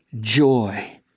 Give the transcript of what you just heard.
joy